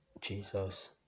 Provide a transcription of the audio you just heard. jesus